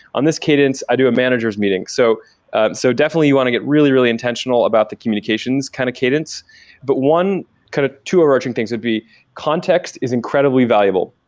on this cadence, i do a manager s meeting. so so definitely, you want to get really, really intentional about the communications kind of cadence but one kind of two overarching things would be context is incredibly valuable.